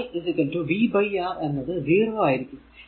i v R എന്നത് 0 ആയിരിക്കും